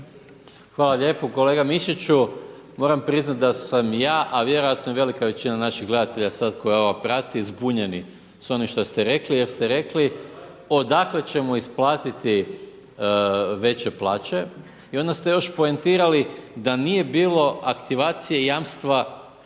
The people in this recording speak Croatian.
Hvala lijepo. Kolega Mišiću, moram priznati da sam ja a vjerojatno i velika većina naših gledatelja sad koja ovo prati, zbunjeni s onim što ste rekli jer ste rekli odakle ćemo isplatiti veće plaće i onda ste još poentirali da nije bilo aktivacije jamstva